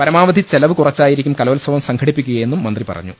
പരമാവധി ചെലവ് കുറച്ചായിരിക്കും കലോത്സവം സംഘ ടിപ്പിക്കുകയെന്നും മന്ത്രി പറഞ്ഞു